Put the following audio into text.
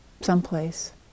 someplace